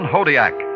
Hodiak